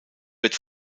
wird